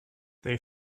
they